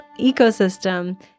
ecosystem